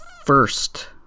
first